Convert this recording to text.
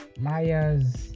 Liars